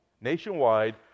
nationwide